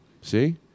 See